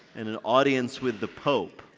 and an audience with the pope.